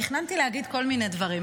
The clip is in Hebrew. תכננתי להגיד כל מיני דברים,